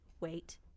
wait